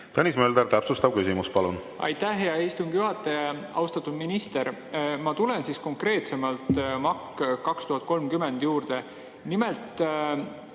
Tõnis Mölder, täpsustav küsimus, palun! Aitäh, hea istungi juhataja! Austatud minister! Ma tulen konkreetsemalt MAK 2030 juurde. Nimelt